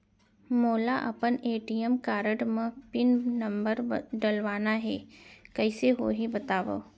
मोला अपन ATM card म पिन नंबर डलवाना हे कइसे होही बतावव?